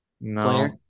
No